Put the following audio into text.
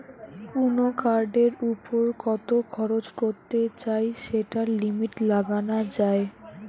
কুনো কার্ডের উপর কত খরচ করতে চাই সেটার লিমিট লাগানা যায়